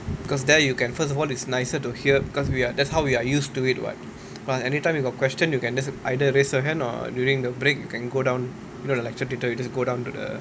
because there you can first of all it's nicer to hear because we are that's how we are used to it what plus anytime you got question you can just either raise your hand or during the break you can go down you know the lecture theatre you can just go down to the